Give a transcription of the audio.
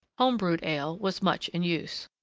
home-brewed ale was much in use.